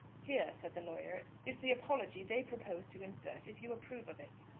here, said the lawyer, is the apology they propose to insert if you approve of it.